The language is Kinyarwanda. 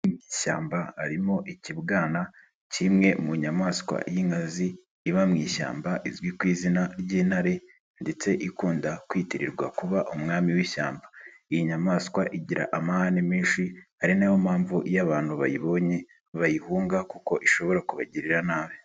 Mu ishyamba harimo ikibwana kimwe mu nyamaswa y'inkazi iba mu ishyamba izwi ku izina ry'intare ndetse ikunda kwitirirwa kuba umwami w'ishyamba, iyi nyamaswa igira amahane menshi ari nayo mpamvu iyo abantu bayibonye bayihunga kuko ishobora kubagirira nabi.